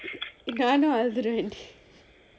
நானும் அழுதுருவன்டி:naanum aluthuruvan